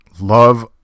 love